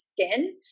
skin